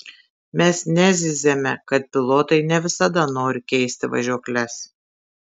mes nezyziame kad pilotai ne visada nori keisti važiuokles